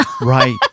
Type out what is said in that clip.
Right